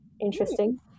Interesting